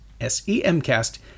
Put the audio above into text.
S-E-M-Cast